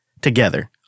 together